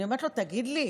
אני אומרת לו: תגיד לי,